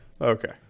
Okay